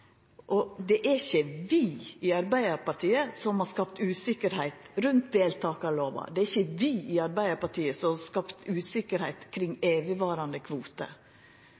Og det er ikkje vi i Arbeidarpartiet som har skapt usikkerheit rundt deltakarlova. Det er ikkje vi i Arbeidarpartiet som har skapt usikkerheit kring